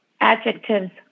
adjectives